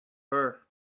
her